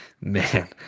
man